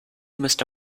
müsste